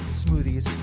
smoothies